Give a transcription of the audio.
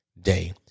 day